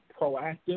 proactive